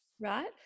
Right